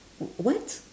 wh~ what